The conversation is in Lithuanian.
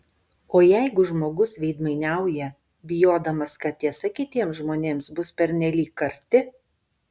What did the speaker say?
o jeigu žmogus veidmainiauja bijodamas kad tiesa kitiems žmonėms bus pernelyg karti